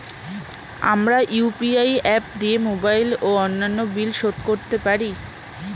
আমরা UPI app দিয়ে mobile ও অন্যান্য বিল শোধ করতে পারি